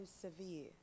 severe